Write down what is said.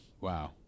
wow